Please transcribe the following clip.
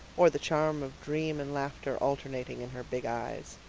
or the charm of dream and laughter alternating in her big eyes.